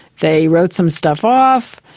they wrote some stuff off,